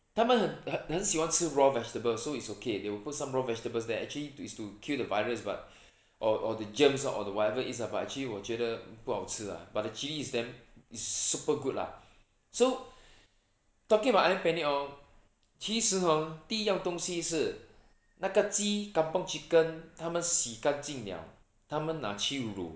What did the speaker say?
他们很很喜欢吃 raw vegetable so it's okay they will put some raw vegetables there actually is to kill the virus but or or the germs or the whatever is but actually 我觉得不好吃 lah but the chilli is damn is super good lah so talking about ayam penyet hor 其实 hor 第一样东西是那个鸡 kampung chicken 他们洗干净了他们拿去乳